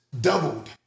doubled